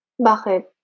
Bakit